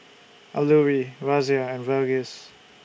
Alluri Razia and Verghese